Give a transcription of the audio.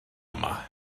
yma